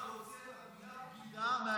אני מבקש ממך להוציא את המילה "בגידה" מהלקסיקון.